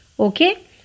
Okay